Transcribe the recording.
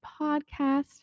podcast